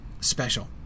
special